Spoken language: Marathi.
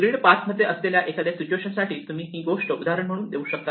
ग्रीड पाथ मध्ये एखाद्या सिच्युएशन साठी तुम्ही हे गोष्ट उदाहरण म्हणून देऊ शकता